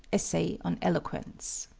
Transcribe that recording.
essay on eloquence.